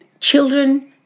children